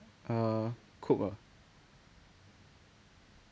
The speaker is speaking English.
uh cook ah